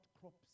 crops